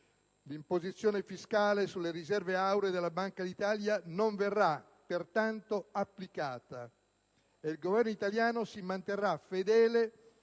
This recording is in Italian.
L'imposizione fiscale sulle riserve auree della Banca d'Italia non verrà, pertanto, applicata e il Governo italiano si manterrà fedele